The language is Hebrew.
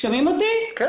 אני